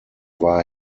war